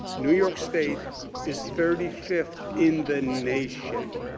new york state is thirty fifth in the nation.